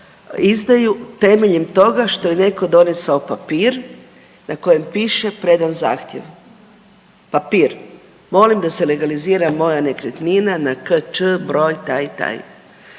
izdaju temeljem toga što je neko donesao papir na kojem piše predan zahtjev, papir. Molim da se legalizira moja nekretnina na kč.br. taj i taj,